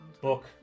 Book